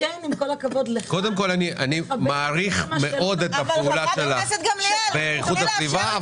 אני מעריך מאוד את הפעולה שלך באיכות הסביבה,